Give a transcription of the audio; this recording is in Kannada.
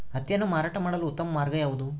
ಹತ್ತಿಯನ್ನು ಮಾರಾಟ ಮಾಡಲು ಉತ್ತಮ ಮಾರ್ಗ ಯಾವುದು?